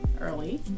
early